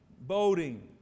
boating